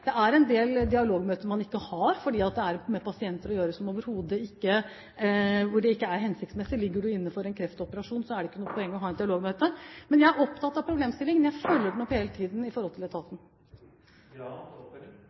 Det er en del dialogmøter man ikke har, fordi det har å gjøre med pasienter der det overhodet ikke er hensiktsmessig. Ligger du inne for en kreftoperasjon, er det ikke noe poeng i å ha et dialogmøte. Men jeg er oppatt av problemstillingen. Jeg følger den opp hele tiden i forhold til